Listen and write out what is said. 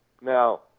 Now